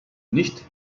nicht